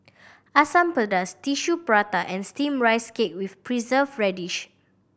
Asam Pedas Tissue Prata and Steamed Rice Cake with preserve radish